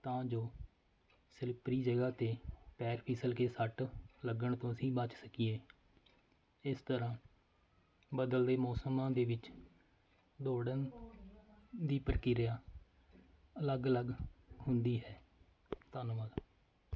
ਤਾਂ ਜੋ ਸਲਿਪਰੀ ਜਗ੍ਹਾ 'ਤੇ ਪੈਰ ਫਿਸਲ ਕੇ ਸੱਟ ਲੱਗਣ ਤੋਂ ਅਸੀਂ ਬਚ ਸਕੀਏ ਇਸ ਤਰ੍ਹਾਂ ਬਦਲਦੇ ਮੌਸਮਾਂ ਦੇ ਵਿੱਚ ਦੌੜਨ ਦੀ ਪ੍ਰਕਿਰਿਆ ਅਲੱਗ ਅਲੱਗ ਹੁੰਦੀ ਹੈ ਧੰਨਵਾਦ